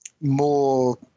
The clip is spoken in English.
more